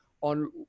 on